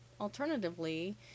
Alternatively